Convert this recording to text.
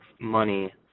money